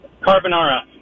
Carbonara